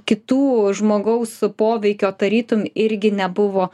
kitų žmogaus poveikio tarytum irgi nebuvo